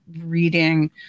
reading